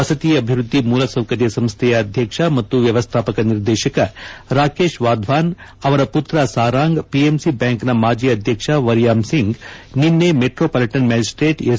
ವಸತಿ ಅಭಿವೃದ್ದಿ ಮೂಲಸೌಕರ್ಯ ಸಂಸ್ವೆಯ ಅಧ್ಯಕ್ಷ ಮತ್ತು ವ್ವವಸ್ಥಾಪಕ ನಿರ್ದೇಶಕ ರಾಕೇಶ್ ವಾಧ್ವಾನ್ ಅವರ ಮತ್ರ ಸಾರಾಂಗ್ ಪಿಎಂಸಿ ಬ್ಯಾಂಕ್ನ ಮಾಜಿ ಅಧಕ್ಷ ವರ್ಯಾಮ್ ಸಿಂಗ್ ನಿನ್ನೆ ಮೆಟ್ರೋಪಾಲಿಟನ್ ಮ್ಯಾಜಿಸ್ನೇಟ್ ಎಸ್